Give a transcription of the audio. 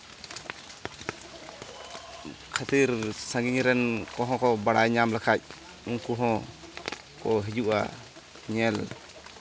ᱠᱷᱟᱹᱛᱤᱨ ᱥᱟᱺᱜᱤᱧ ᱨᱮᱱ ᱠᱚᱦᱚᱸ ᱠᱚ ᱵᱟᱲᱟᱭ ᱧᱟᱢ ᱞᱮᱠᱷᱟᱱ ᱩᱱᱠᱩ ᱦᱚᱸᱠᱚ ᱦᱤᱡᱩᱜᱼᱟ ᱧᱮᱧᱮᱞ